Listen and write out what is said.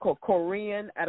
Korean